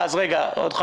אלכס.